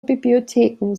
bibliotheken